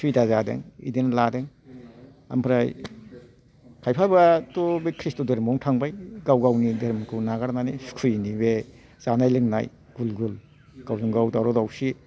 सुबिदा जादों बिदिनो लादों ओमफ्राय खायफा बाथ' बे कृष्ण धोरोमावनो थांबाय गाव गावनि धोरोमखौ नागारनानै सुखुयिनि बे जानाय लोंनाय गुल गुल गावजों गाव दावराव दावसि